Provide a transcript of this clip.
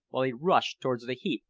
while he rushed towards the heap,